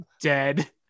Dead